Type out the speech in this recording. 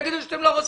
תגידו שאתם לא רוצים.